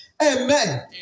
Amen